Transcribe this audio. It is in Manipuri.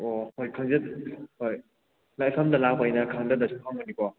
ꯑꯣ ꯍꯣꯏ ꯈꯪꯖꯗ ꯍꯣꯏ ꯂꯥꯏꯐꯝꯗ ꯂꯥꯛꯄꯅꯤꯅ ꯈꯪꯗꯗꯅ ꯁꯨꯝ ꯍꯪꯕꯅꯤꯀꯣ